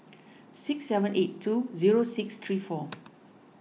six seven eight two zero six three four